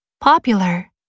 popular